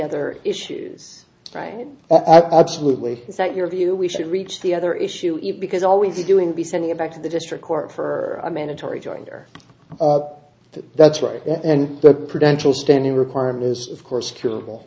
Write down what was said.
other issues right absolutely is that your view we should reach the other issue because always the doing be sending it back to the district court for a mandatory joint or that that's right and the prudential standing requirement is of course curable